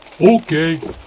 Okay